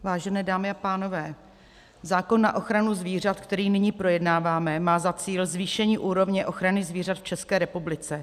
Vážené dámy a pánové, zákon na ochranu zvířat, který nyní projednáváme, má za cíl zvýšení úrovně ochrany zvířat v České republice.